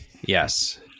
Yes